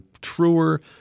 truer